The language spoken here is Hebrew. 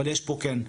אבל יש פה כן,